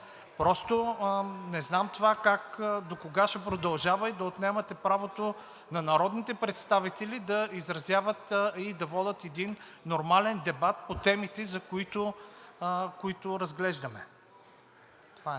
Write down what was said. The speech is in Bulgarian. Просто не знам това докога ще продължава – да отнемате правото на народните представители да изразяват и да водят един нормален дебат по темите, които разглеждаме.